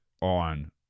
on